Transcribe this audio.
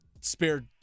spare